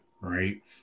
right